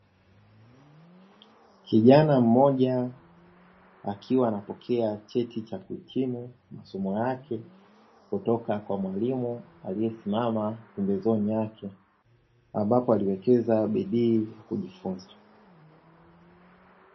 Kijana mmoja akiwa anapokea cheti cha kuhitimu masomo yake, kutoka kwa Mwalimu aliyesimama pembezoni yake, ambapo aliwekeza bidii na kujifunza.